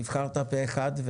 נבחרת פה-אחד.